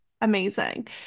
amazing